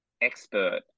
expert